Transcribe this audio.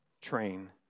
train